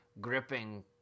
gripping